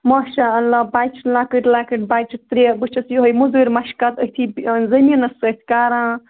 ماشا اللہ بَچہِ لۅکٕٹۍ لۅکٕٹۍ بَچہِ ترٛےٚ بہٕ چھَس یِہَے موٚزوٗرۍ مَشقت أتھی زمیٖنَس سۭتۍ کَران